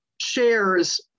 shares